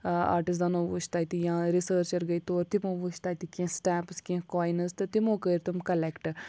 آرٹِزنو وٕچھ تَتہِ یا رِسٲرچَر گٔے تور تِمو وٕچھ تَتہِ کینٛہہ سٹیمپٕس کینٛہہ کوینٕز تہٕ تِمو کٔرۍ تِم کَلٮ۪کٹ